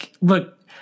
Look